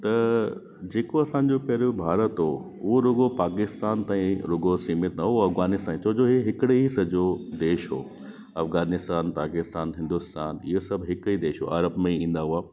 त जेको असांजो पहिरियों भारत हो उहो रुगो पाकिस्तान ताईं रुगो सीमित न उओ अफगानिस्तान छोजो हे हिकड़े ही सॼो देश हो अफगानिस्तान पाकिस्तान हिंदुस्तान हीअ सभु ई हिकु देश हुआ अरब में ई ईंदा हुआ